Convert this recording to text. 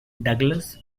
douglas